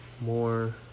more